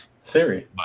Siri